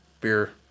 beer